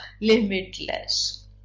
limitless